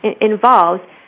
involves